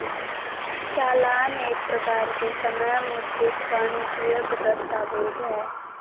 चालान एक प्रकार के समय मुद्रित वाणिजियक दस्तावेज हय